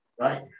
right